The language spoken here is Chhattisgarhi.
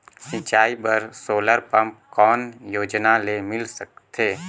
सिंचाई बर सोलर पम्प कौन योजना ले मिल सकथे?